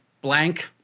blank